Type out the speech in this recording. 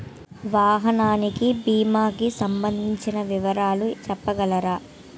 వాహనానికి భీమా కి సంబందించిన వివరాలు చెప్పగలరా?